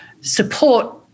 support